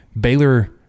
Baylor